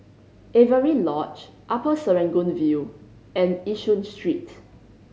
Avery Lodge Upper Serangoon View and Yishun Street